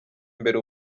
imbere